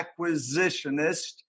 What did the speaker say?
acquisitionist